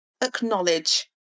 acknowledge